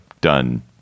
done